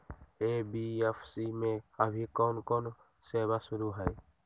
NBFC में अभी कोन कोन सेवा शुरु हई?